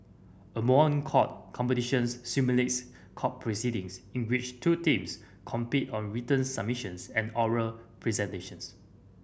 a moot court competitions simulates court proceedings in which two teams compete on written submissions and oral presentations